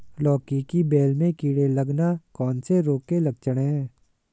लौकी की बेल में कीड़े लगना कौन से रोग के लक्षण हैं?